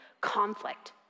conflict